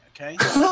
okay